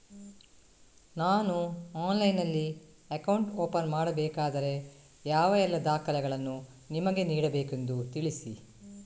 ನಾನು ಆನ್ಲೈನ್ನಲ್ಲಿ account open ಮಾಡಬೇಕಾದರೆ ಯಾವ ಎಲ್ಲ ದಾಖಲೆಗಳನ್ನು ನಿಮಗೆ ನೀಡಬೇಕೆಂದು ತಿಳಿಸಿ?